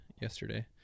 yesterday